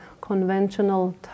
conventional